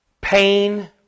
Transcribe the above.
pain